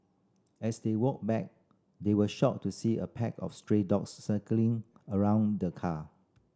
as they walked back they were shocked to see a pack of stray dogs circling around the car